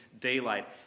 daylight